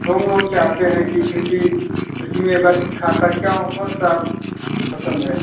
home loan चाहते हैं कि किसी इसी में बस खाता क्यों कौन सा पसंद है